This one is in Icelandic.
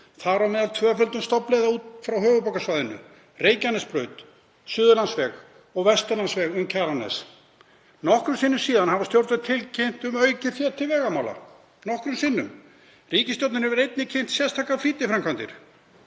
þar á meðal tvöföldun stofnleiða út frá höfuðborgarsvæðinu, Reykjanesbraut, Suðurlandsveg og Vesturlandsveg um Kjalarnes. Nokkrum sinnum síðan hafa stjórnvöld tilkynnt um aukið fé til vegamála, nokkrum sinnum. Ríkisstjórnin hefur einnig kynnt sérstakar flýtiframkvæmdir.